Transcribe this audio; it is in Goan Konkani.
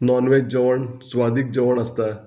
नॉनवेज जेवण स्वादीक जेवण आसता